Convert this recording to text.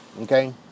Okay